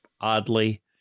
oddly